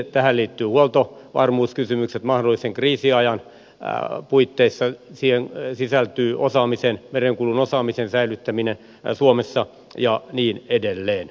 tähän liittyvät huoltovarmuuskysymykset mahdollisen kriisiajan puitteissa merenkulun osaamisen säilyttäminen suomessa ja niin edelleen